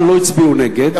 אבל לא הצביעו נגד,